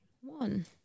One